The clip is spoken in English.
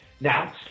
now